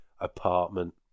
apartment